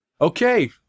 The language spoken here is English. Okay